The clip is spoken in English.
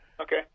okay